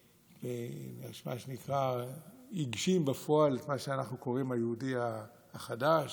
מה שנקרא הגשים בפועל את מה שאנחנו קוראים "היהודי החדש".